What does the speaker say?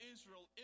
Israel